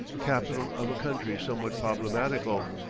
capital of a country somewhat problematical,